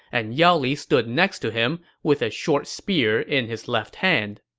and yao li stood next to him with a short spear in his left hand.